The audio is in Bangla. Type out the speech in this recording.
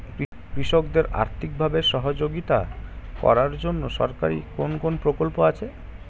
কৃষকদের আর্থিকভাবে সহযোগিতা করার জন্য সরকারি কোন কোন প্রকল্প আছে?